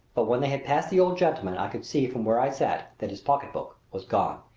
but when they had passed the old gentleman i could see from where i sat that his pocketbook was gone.